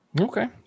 Okay